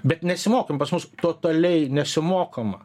bet nesimokom pas mus totaliai nesimokoma